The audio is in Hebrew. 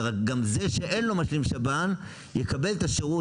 וגם זה שאין לו משלים שב"ן יקבל את השירות